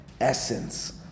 essence